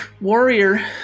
warrior